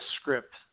script